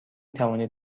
توانید